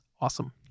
awesome